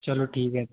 चलो ठीक है